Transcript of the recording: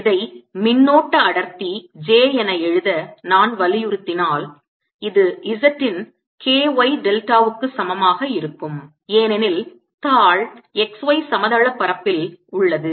இதை மின்னோட்ட அடர்த்தி j என எழுத நான் வற்புறுத்தினால் இது z இன் K y டெல்டாவுக்கு சமமாக இருக்கும் ஏனெனில் தாள் xy சமதள பரப்பில் உள்ளது